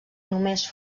només